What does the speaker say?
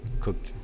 cooked